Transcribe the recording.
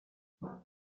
nine